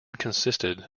consisted